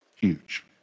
Huge